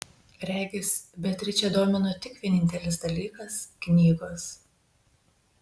regis beatričę domino tik vienintelis dalykas knygos